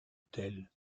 tel